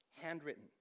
handwritten